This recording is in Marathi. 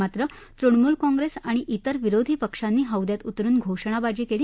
मात्र तृणमूल काँप्रेस आणि जिर विरोधी पक्षांनी हौद्यात उतरुन घोषणाबाजी केली